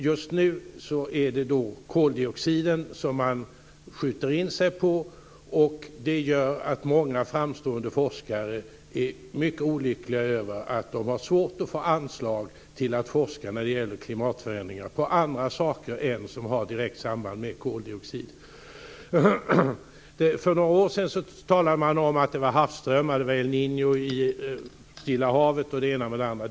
Just nu är det koldioxiden som man skjuter in sig på, och det gör att många framstående forskare är mycket olyckliga över att de har svårt att få anslag till att forska om andra orsaker till klimatförändringar än de som har ett direkt samband med koldioxid. För några år sedan talade man om att det var havsströmmar. Det var El Niño i Stilla havet och det ena med det andra.